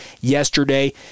yesterday